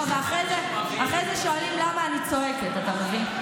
לא, ואחרי זה שואלים למה אני צועקת, אתה מבין?